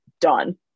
done